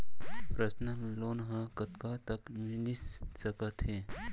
Personal loan ह कतका तक मिलिस सकथे?